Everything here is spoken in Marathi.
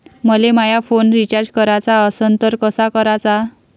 मले माया फोन रिचार्ज कराचा असन तर कसा कराचा?